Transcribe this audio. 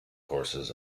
courses